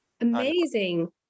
Amazing